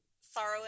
sorrow